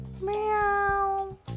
Meow